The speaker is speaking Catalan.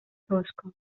tosca